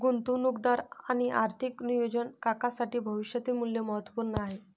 गुंतवणूकदार आणि आर्थिक नियोजन काकांसाठी भविष्यातील मूल्य महत्त्वपूर्ण आहे